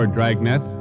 Dragnet